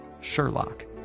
Sherlock